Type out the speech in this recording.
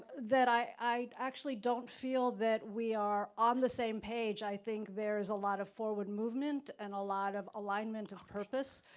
that i i actually don't feel that we are on the same page, i think there's a lot of forward movement, and a lot of alignment of purpose.